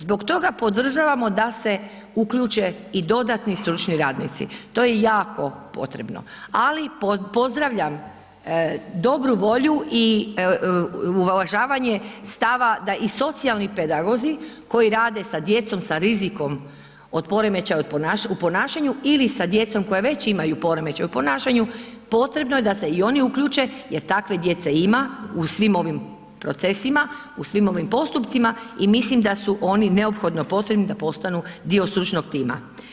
Zbog toga podržavamo da se uključe i dodatni stručni radnici, to je jako potrebno, ali pozdravljam dobru volju i uvažavanje stava da i socijalni pedagozi koji rade sa djecom, sa rizikom od poremećaja u ponašanju ili sa djecom koja već imaju poremećaj u ponašanju, potrebno je da se i oni uključe jer takve djece ima u svim ovim procesima, u svim ovim postupcima i mislim da su oni neophodno potrebni da postanu dio stručnog tima.